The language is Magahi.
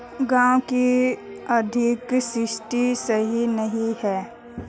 गाँव की आर्थिक स्थिति सही नहीं है?